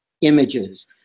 images